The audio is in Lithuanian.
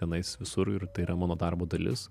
tenais visur ir tai yra mano darbo dalis